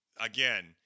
again